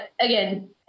again